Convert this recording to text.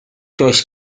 does